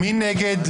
מי נגד?